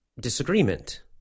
disagreement